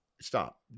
Stop